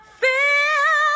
feel